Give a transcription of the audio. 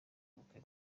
ubukwe